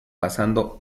pasando